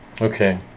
okay